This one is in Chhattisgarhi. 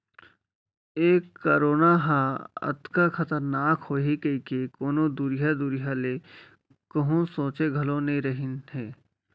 ए करोना ह अतका खतरनाक होही कइको कोनों दुरिहा दुरिहा ले कोहूँ सोंचे घलौ नइ रहिन हें